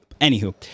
Anywho